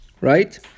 Right